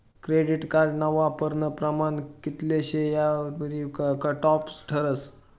credit कार्डना वापरानं प्रमाण कित्ल शे यावरतीन कटॉप ठरस